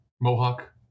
Mohawk